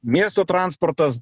miesto transportas